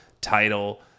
title